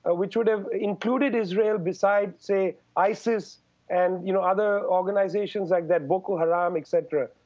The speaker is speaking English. ah which would have included israel beside, say, isis and you know other organizations like that. boko haram, et cetera.